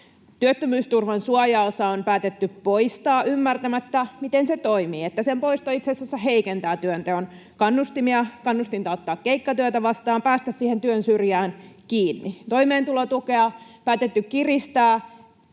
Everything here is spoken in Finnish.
Työttömyysturvan suojaosa on päätetty poistaa ymmärtämättä, miten se toimii: että sen poisto itse asiassa heikentää työnteon kannustimia, kannustinta ottaa keikkatyötä vastaan, päästä siihen työnsyrjään kiinni. Toimeentulotukea on päätetty kiristää